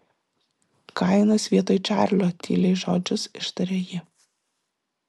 kainas vietoj čarlio tyliai žodžius ištarė ji